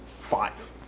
five